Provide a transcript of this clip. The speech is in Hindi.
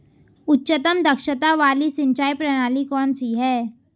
उच्चतम दक्षता वाली सिंचाई प्रणाली कौन सी है?